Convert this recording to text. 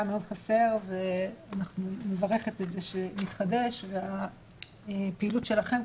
מאוד חסר ואני מברכת את זה שזה מתחדש והפעילות שלכם,